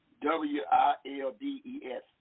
W-I-L-D-E-S